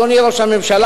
אדוני ראש הממשלה,